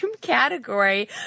category